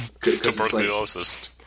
tuberculosis